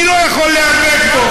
אני לא יכול להיאבק בו.